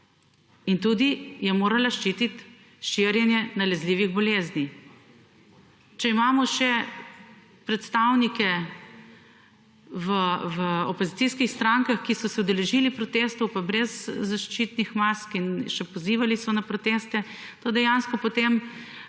In tudi je morala ščititi širjenje nalezljivih bolezni. Če imamo še predstavnike v opozicijskih strankah, ki so se udeležili protestov pa brez zaščitnih mask in še pozivali so na proteste, to dejansko potem,